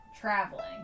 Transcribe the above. traveling